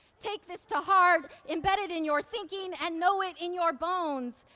take this to heart, embed it in your thinking, and know it in your bones,